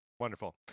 Wonderful